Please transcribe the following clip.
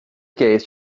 gaze